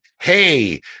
Hey